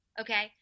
Okay